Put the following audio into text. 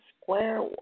square